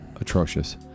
atrocious